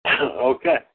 Okay